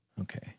Okay